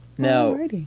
No